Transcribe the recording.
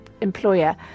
employer